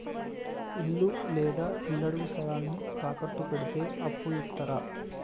ఇల్లు లేదా ఇళ్లడుగు స్థలాన్ని తాకట్టు పెడితే అప్పు ఇత్తరా?